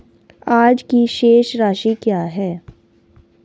आज की शेष राशि क्या है?